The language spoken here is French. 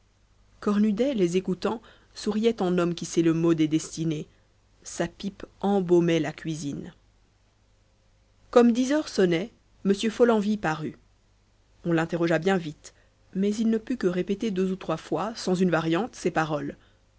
cornudet les écoutant souriait en homme qui sait le mot des destinées sa pipe embaumait la cuisine comme dix heures sonnaient m follenvie parut on l'interrogea bien vite mais il ne put que répéter deux ou trois fois sans une variante ces paroles